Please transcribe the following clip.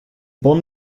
bonn